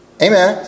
Amen